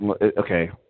okay